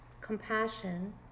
compassion